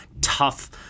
tough